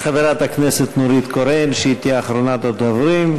חברת הכנסת נורית קורן, והיא תהיה אחרונת הדוברים.